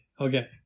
okay